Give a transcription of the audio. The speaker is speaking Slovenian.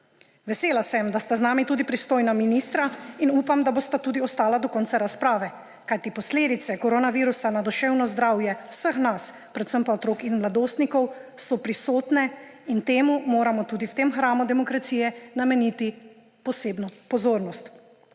Vesela sem, da sta z nami tudi pristojna ministra, in upam, da bosta tudi ostala do konca razprave, kajti posledice koronavirusa na duševno zdravje vseh nas, predvsem pa otrok in mladostnikov, so prisotne in temu moramo tudi v tem hramu demokracije nameniti posebno pozornost.